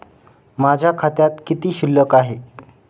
माझ्या खात्यात किती शिल्लक आहे?